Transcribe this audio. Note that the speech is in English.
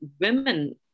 women